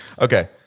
Okay